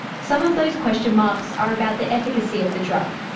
some of those question marks are about the efficacy of the drug.